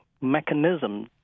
mechanism